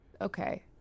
Okay